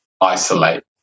isolate